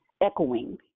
echoing